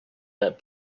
that